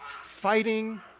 fighting